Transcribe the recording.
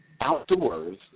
outdoors